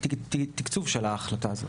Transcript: התקצוב של ההחלטה הזאת.